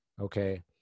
Okay